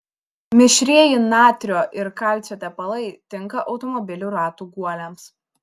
mišrieji natrio ir kalcio tepalai tinka automobilių ratų guoliams